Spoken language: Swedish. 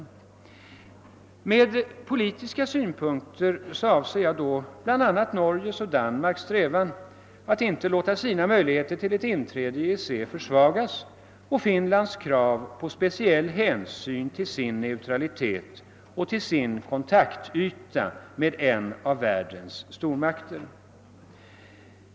Med politiska synpunkter avser jag då bl.a. Norges och Danmarks strävan att inte låta sina möjligheter till ett inträde i EEC försvagas och Finlands krav på speciell hänsyn till sin neutralitet och sin kontaktyta med en av världens stormakter.